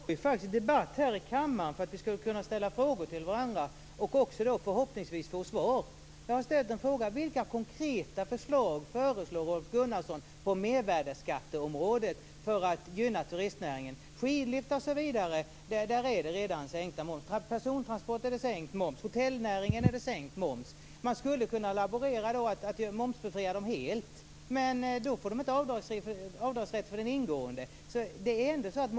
Fru talman! Vi har faktiskt debatt här i kammaren för att vi skall kunna ställa frågor till varandra och också, förhoppningsvis, få svar. Jag har frågat vilka konkreta förslag Rolf Gunnarsson föreslår när det gäller mervärdesskatteområdet för att gynna turistnäringen. För skidliftar osv. har momsen redan sänkts. För persontransporter har momsen sänkts. För hotellnäringen har momsen sänkts. Man skulle kunna laborera med att momsbefria dem helt, men då får de ingen avdragsrätt.